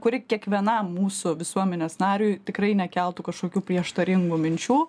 kuri kiekvienam mūsų visuomenės nariui tikrai nekeltų kažkokių prieštaringų minčių